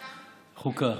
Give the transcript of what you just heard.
חוקה?